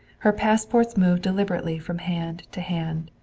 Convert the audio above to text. her passports moved deliberately from hand to hand.